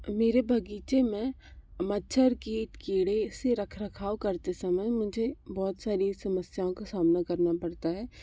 मेरे बगीचे में मच्छर कीट कीड़े से रख रखाव करते समय मुझे बहुत सारी समस्याओं का सामना करना पड़ता है